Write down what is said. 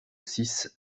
six